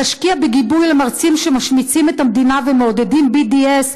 תשקיע בגיבוי למרצים שמשמיצים את המדינה ומעודדים את ה-BDS,